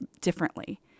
differently